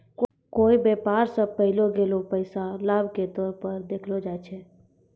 कोय व्यापार स पैलो गेलो पैसा लाभ के तौर पर देखलो जाय छै